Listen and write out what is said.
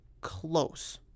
close